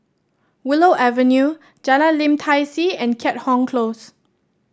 Willow Avenue Jalan Lim Tai See and Keat Hong Close